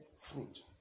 fruit